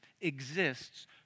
exists